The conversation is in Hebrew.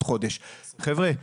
חבר'ה,